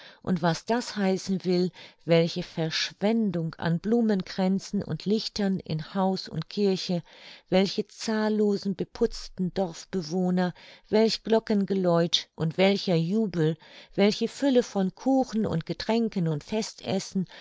und was das heißen will welche verschwendung an blumenkränzen und lichtern in haus und kirche welche zahllosen beputzten dorfbewohner welch glockengeläut und welcher jubel welche fülle von kuchen und getränken und